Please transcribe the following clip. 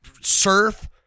surf